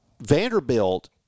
Vanderbilt